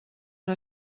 una